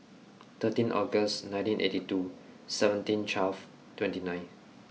thirteen August nineteen eighty two seventeen twelve twenty nine